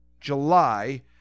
July